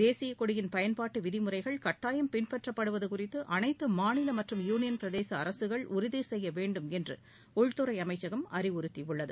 தேசியக்கொடியின் பயன்பாட்டு விதிமுறைகள் கட்டாயம் பின்பற்றப்படுவது குறித்து அனைத்து மாநில மற்றும் யூனியன் பிரதேச அரசுகள் உறுதிசெய்யவேண்டும் என்று உள்துறை அமைச்சகம் அறிவுறுத்தியுள்ளது